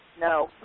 No